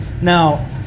Now